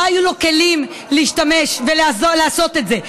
לא היו לו כלים להשתמש בהם לעשות את זה.